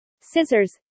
scissors